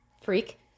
freak